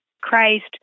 Christ